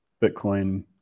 Bitcoin